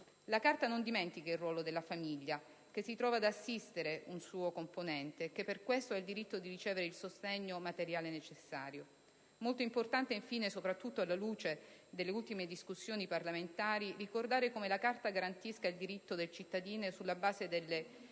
La Carta non dimentica il ruolo della famiglia che si trova ad assistere un suo componente e per questo ha diritto di ricevere il sostegno materiale necessario. Molto importante, infine, soprattutto alla luce delle ultime discussioni parlamentari, è ricordare che la Carta garantisce il diritto del cittadino, sulla base delle